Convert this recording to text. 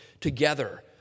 together